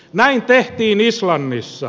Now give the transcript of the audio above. näin tehtiin islannissa